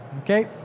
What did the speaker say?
Okay